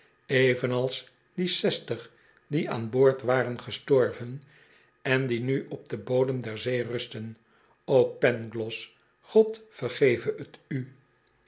evenals die zestig die aan boord waren gestorven en die nu op den bodera der zee rusten o pangloss god vergeve t u